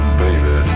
baby